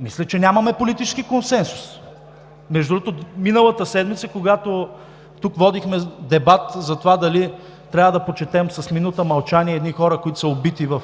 Мисля, че нямаме политически консенсус. Между другото, миналата седмица, когато тук водихме дебат за това дали трябва да почетем с минута мълчание едни хора, които са убити в